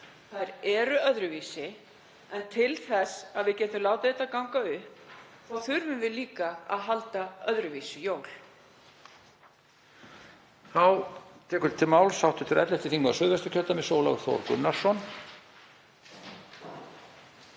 Þær eru öðruvísi, en til þess að við getum látið þetta ganga upp þurfum við líka að halda öðruvísi jól.